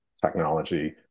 technology